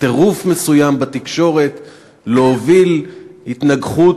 טירוף מסוים בתקשורת להוביל התנגחות